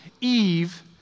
Eve